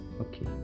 okay